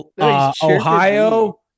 Ohio